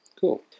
Cool